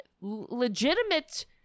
legitimate